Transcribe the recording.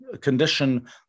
condition